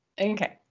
Okay